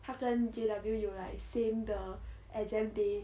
她跟 J_W 有 like same 的 exam day